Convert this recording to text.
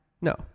No